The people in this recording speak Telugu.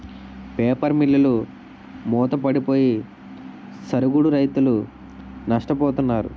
పేపర్ మిల్లులు మూతపడిపోయి సరుగుడు రైతులు నష్టపోతున్నారు